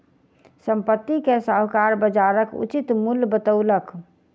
संपत्ति के साहूकार बजारक उचित मूल्य बतौलक